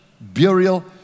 burial